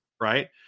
right